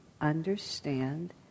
understand